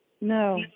No